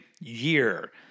year